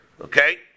Okay